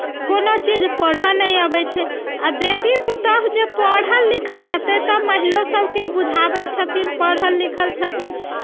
कोनो चीज पढ़य नहि अबै छै आ बेटी पुतहु जे पढ़ल लिखल रहतै तब महिलोसभके बुझाबै छथिन पढ़ल लिखल छथिन